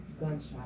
gunshot